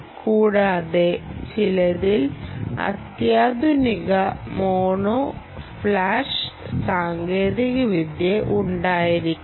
കൂടാതെ ചിലതിൽ അത്യാധുനിക മോണോ ഫ്ലാഷ് സാങ്കേതികവിദ്യ ഉണ്ടായിരിക്കാം